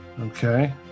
okay